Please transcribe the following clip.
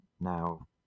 now